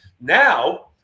Now